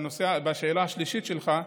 לגבי השאלה השלישית שלך,